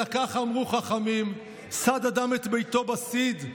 אלא כך אמרו חכמים: סד אדם את ביתו בסיד,